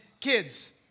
kids